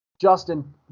Justin